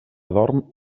dorm